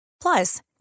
Plus